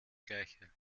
gleiche